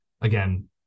Again